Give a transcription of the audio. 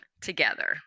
together